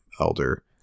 elder